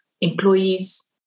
employees